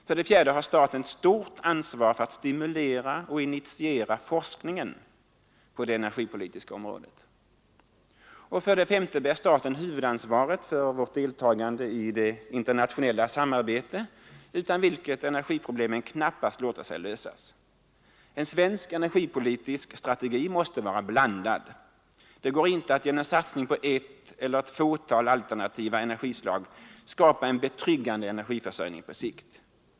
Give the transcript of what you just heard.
För det fjärde har staten ett stort ansvar för att stimulera och initiera forskningen på det energipolitiska området. För det femte bär staten huvudansvaret för vårt deltagande i det internationella samarbete, utan vilket energiproblemen knappast låter sig lösas. En svensk energipolitisk strategi måste vara ”blandad”. Det går inte att genom satsning på ett eller ett fåtal alternativa energislag skapa en betryggande energiförsörjning på sikt.